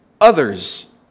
others